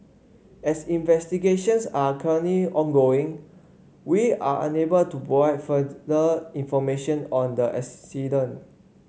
as investigations are currently ongoing we are unable to provide further information on the